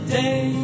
day